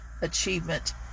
achievement